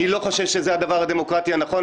אני לא חושב שזה הדבר הדמוקרטי הנכון,